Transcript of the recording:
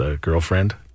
girlfriend